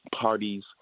parties